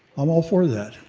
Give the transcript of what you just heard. i'm all for that.